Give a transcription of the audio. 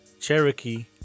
Cherokee